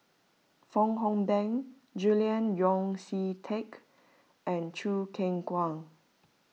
Fong Hoe Beng Julian Yeo See Teck and Choo Keng Kwang